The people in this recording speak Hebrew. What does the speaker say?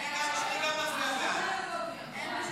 את הנושא